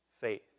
faith